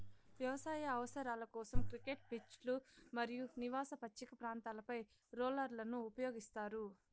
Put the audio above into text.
వ్యవసాయ అవసరాల కోసం, క్రికెట్ పిచ్లు మరియు నివాస పచ్చిక ప్రాంతాలపై రోలర్లను ఉపయోగిస్తారు